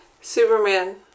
Superman